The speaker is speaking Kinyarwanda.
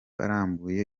arambuye